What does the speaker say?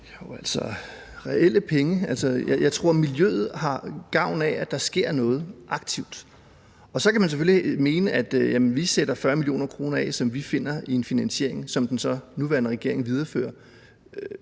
Jamen altså, jeg tror, at miljøet har gavn af, at der sker noget aktivt. Så kan man selvfølgelig mene, at vi sætter 40 mio. kr. af, som vi fandt i en finansiering, som den nuværende regering så viderefører.